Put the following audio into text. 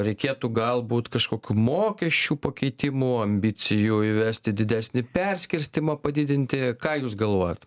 reikėtų galbūt kažkokių mokesčių pakeitimų ambicijų įvesti didesnį perskirstymą padidinti ką jūs galvojot